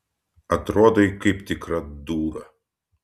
atrodai kaip tikra dūra